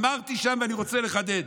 אמרתי שם, ואני רוצה לחדד,